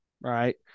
right